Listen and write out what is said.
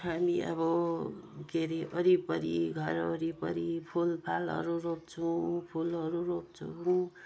हामी अब के रे वरिपरि घरवरिपरि फुलफालहरू रोप्छौँ फुलहरू रोप्छौँ